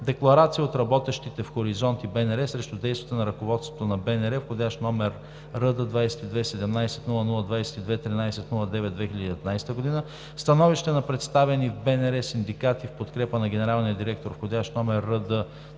Декларация от работещите в „Хоризонт“ и БНР срещу действията на ръководството на БНР вх. № РД-22 17 00 22/13.09.2019 г. 12. Становище на представени в БНР синдикати в подкрепа на генералния директор вх. № РД-22